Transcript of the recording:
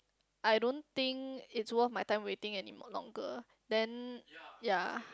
I don't think it's worth my time waiting anymore longer then ya